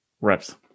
Reps